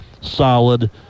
solid